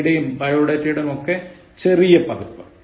യുടെയും ബയോഡെറ്റയുടെയും ചെറിയ പതിപ്പ്